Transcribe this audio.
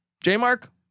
J-Mark